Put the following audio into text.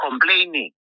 complaining